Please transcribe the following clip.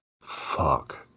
fuck